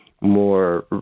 more